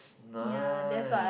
nice